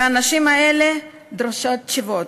והנשים האלה דורשות תשובות.